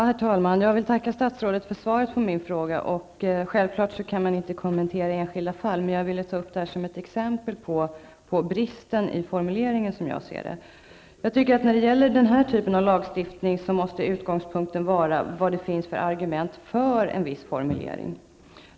Herr talman! Jag vill tacka statsrådet för svaret på min fråga. Självklart kan man inte kommentera enskilda fall, men jag ville ta upp det här som ett exempel på bristen i formuleringen, som jag ser det. Jag tycker att när det gäller den här typen av lagstiftning måste utgångspunkten vara vilka argument som finns för en viss formulering.